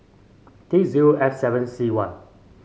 T zero F seven C one